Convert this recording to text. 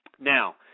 Now